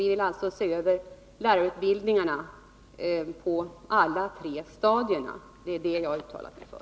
Vi vill alltså se över lärarutbildningarna på alla tre stadierna — det är det som jag har uttalat mig för.